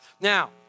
Now